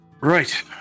Right